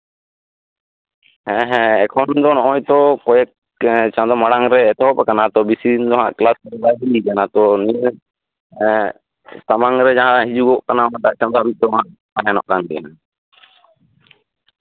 ᱦᱮᱸ ᱦᱮᱸ ᱮᱠᱷᱚᱱ ᱫᱚ ᱠᱚᱭᱮᱠ ᱪᱟᱸᱫᱳ ᱢᱟᱲᱟᱝᱨᱮ ᱮᱛᱚᱦᱚᱵ ᱠᱟᱱᱟ ᱵᱮᱥᱤ ᱫᱤᱱ ᱫᱚᱦᱟᱜ ᱠᱞᱟᱥ ᱫᱚ ᱵᱟᱭ ᱦᱩᱭ ᱠᱟᱱᱟ ᱛᱳ ᱱᱤᱭᱟᱹ ᱥᱟᱢᱟᱝᱨᱮ ᱡᱟᱦᱟ ᱦᱤᱡᱩᱜ ᱠᱟᱱᱟ ᱚᱱᱟᱴᱟᱜ ᱪᱟᱸᱫᱳ ᱨᱮ ᱦᱟᱜ ᱛᱟᱦᱮᱱᱚᱜ ᱠᱟᱱ ᱜᱮᱭᱟ